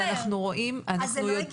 אם כן, זה לא הגיוני.